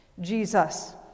Jesus